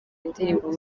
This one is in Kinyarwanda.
indirimbo